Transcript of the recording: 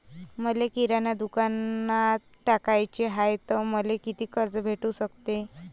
मले किराणा दुकानात टाकाचे हाय तर मले कितीक कर्ज भेटू सकते?